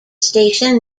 station